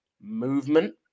movement